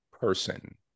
person